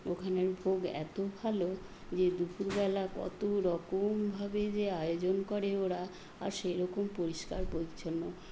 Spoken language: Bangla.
ওখানের ভোগ এত ভালো যে দুপুরবেলা কত রকমভাবে যে আয়োজন করে ওরা আর সেরকম পরিষ্কার পরিচ্ছন্ন